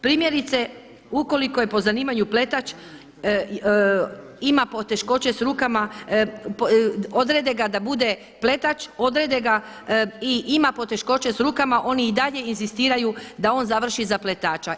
Primjerice, ukoliko je po zanimanju pletač ima poteškoće s rukama, odrede ga da bude pletač i ima poteškoća s rukama oni i dalje inzistiraju da on završi za pletača.